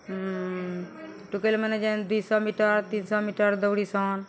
ଟୁକେଲ୍ମାନେ ଯେନ୍ ଦୁଇଶହ ମିଟର୍ ତିନ୍ଶହ ମିଟର୍ ଦୌଡ଼ିସନ୍